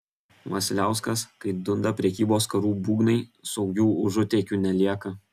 vasiliauskas kai dunda prekybos karų būgnai saugių užutėkių nelieka